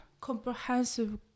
comprehensive